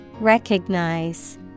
Recognize